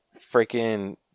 freaking